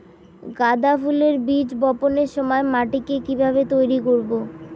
গাদা ফুলের বীজ বপনের সময় মাটিকে কিভাবে তৈরি করব?